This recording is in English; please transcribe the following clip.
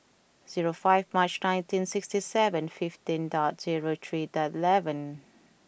zero five Mar nineteen sixty seven fifteen dot zero three dot eleven